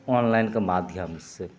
ऑनलाइनके माध्यमसे